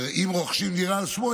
ואם רוכשים דירה על שמו,